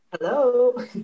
Hello